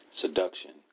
Seduction